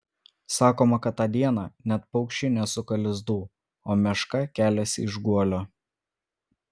sakoma kad tą dieną net paukščiai nesuka lizdų o meška keliasi iš guolio